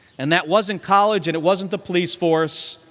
and that wasn't college and it wasn't the police force.